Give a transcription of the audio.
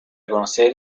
conocer